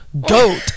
Goat